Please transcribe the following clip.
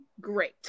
great